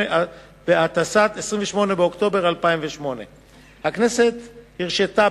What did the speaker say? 28 באוקטובר 2008. הכנסת הרשתה,